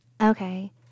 Okay